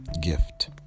gift